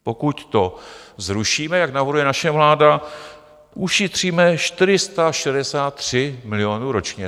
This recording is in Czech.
Pokud to zrušíme, jak navrhuje naše vláda, ušetříme 463 milionů ročně.